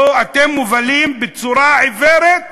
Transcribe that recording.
אתם מובלים בצורה עיוורת,